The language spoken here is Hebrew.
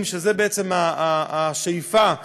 וזאת בעצם השאיפה שלנו,